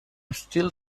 still